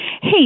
Hey